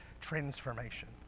transformation